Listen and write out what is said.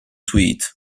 tweed